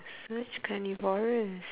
such carnivorous